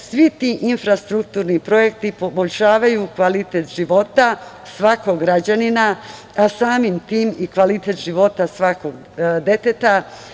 Svi ti infrastrukturni projekti poboljšavaju kvalitet života svakog građanina, a samim tim i kvalitet života svakog deteta.